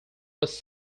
was